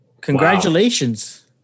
congratulations